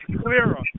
clearer